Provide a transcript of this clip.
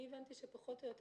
אני הבנתי שפחות או יותר